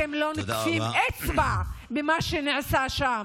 אתם לא נוקפים אצבע במה שנעשה שם.